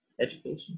education